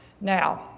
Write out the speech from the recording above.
Now